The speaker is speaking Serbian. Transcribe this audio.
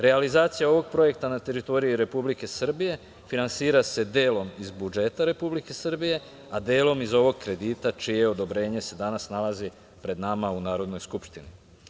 Realizacija ovog projekta na teritoriji Republike Srbije finansira se delom iz budžeta Republike Srbije, a delom iz ovog kredita čije odobrenje se danas nalazi pred nama u Narodnoj skupštini.